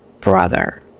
brother